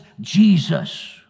Jesus